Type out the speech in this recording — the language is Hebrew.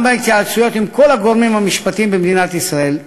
גם בהתייעצויות עם כל הגורמים המשפטיים במדינת ישראל,